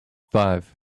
five